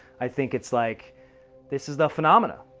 i think it's like this is the phenomena.